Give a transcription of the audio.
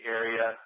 area